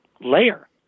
layer